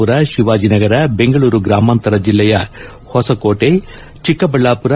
ಪುರ ಶಿವಾಜಿನಗರ ಬೆಂಗಳೂರು ಗ್ರಾಮಾಂತರ ಜಿಲ್ಲೆಯ ಹೊಸಕೋಟೆ ಚಿಕ್ಕಬಳ್ಳಾಪುರ